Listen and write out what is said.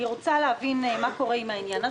אני רוצה להבין מה קורה עם העניין הזה.